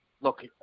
Look